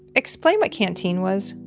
explain what canteen was.